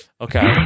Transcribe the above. okay